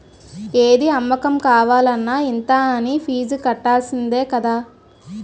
ఏది అమ్మకం కావాలన్న ఇంత అనీ ఫీజు కట్టాల్సిందే కదా